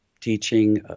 teaching